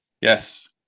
Yes